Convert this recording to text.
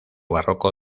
barroco